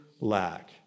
lack